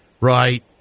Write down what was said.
right